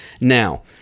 Now